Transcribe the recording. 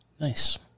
Nice